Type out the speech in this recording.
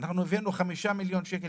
אנחנו הבאנו 5 מיליון שקלים,